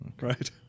Right